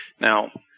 Now